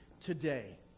today